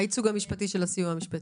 הייצוג המשפטי של הסיוע המשפטי.